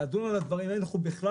ברגע